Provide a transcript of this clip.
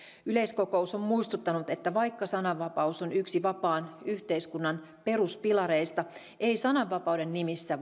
yleiskokous on muistuttanut että vaikka sananvapaus on yksi vapaan yhteiskunnan peruspilareista ei sananvapauden nimissä